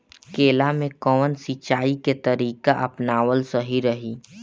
केला में कवन सिचीया के तरिका अपनावल सही रही?